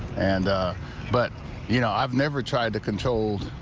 and ah but you know i've never tried to control,